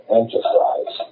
enterprise